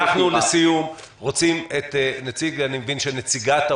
לסיום אנחנו מבקשים לשמוע את נציגת משרד